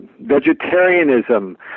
Vegetarianism